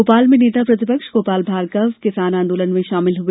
भोपाल में नेता प्रतिपक्ष गोपाल भार्गव किसान आंदोलन में शामिल हए